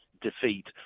defeat